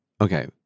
okay